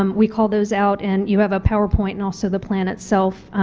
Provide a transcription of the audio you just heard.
um we call those out and you have a powerpoint and also the plan itself,